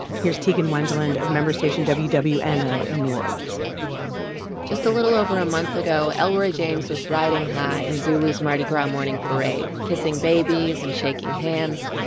here's tegan wendland of member station wwno wwno in new orleans just a little over a month ago, elroy james was riding high in zulu's mardi gras morning parade, kissing babies and shaking hands.